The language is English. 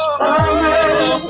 promise